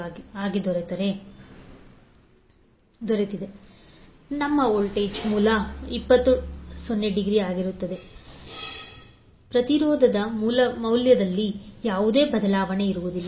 5 ನಿಮ್ಮ ವೋಲ್ಟೇಜ್ ಮೂಲವು 20∠0 ಆಗಿರುತ್ತದೆ ಪ್ರತಿರೋಧದ ಮೌಲ್ಯದಲ್ಲಿ ಯಾವುದೇ ಬದಲಾವಣೆ ಇರುವುದಿಲ್ಲ